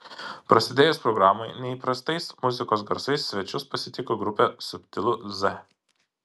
prasidėjus programai neįprastais muzikos garsais svečius pasitiko grupė subtilu z